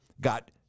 got